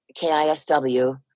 kisw